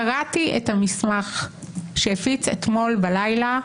חברת הכנסת פרקש, את דיברת בתורך.